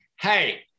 Hey